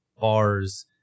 bars